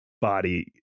body